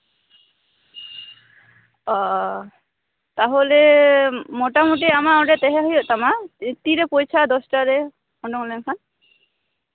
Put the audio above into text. ᱚᱻ ᱛᱟᱦᱞᱮ ᱢᱳᱴᱟᱢᱩᱴᱤ ᱟᱢᱟᱜ ᱚᱸᱰᱮ ᱛᱟᱦᱮᱸ ᱦᱩᱭᱩᱜ ᱛᱟᱢᱟ ᱛᱤᱨᱮ ᱯᱳᱣᱪᱷᱟᱜᱼᱟ ᱫᱚᱥᱴᱟ ᱨᱮ ᱚᱰᱳᱝ ᱞᱮᱱᱠᱷᱟᱱ